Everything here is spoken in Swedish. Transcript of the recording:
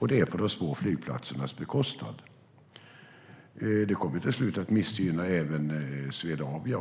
Det sker på de små flygplatsernas bekostnad. Det kommer till slut att missgynna även Swedavia.